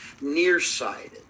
nearsighted